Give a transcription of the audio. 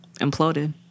imploded